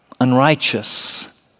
unrighteous